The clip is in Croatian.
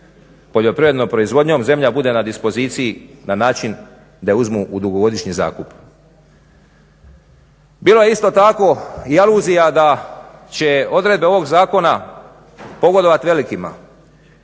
poljoprivrednom proizvodnjom zemlja bude na dispoziciji na način da uzmu u dugogodišnji zakup. Bilo je isto tako aluzija da će odredbe ovog zakona pogodovat velikima.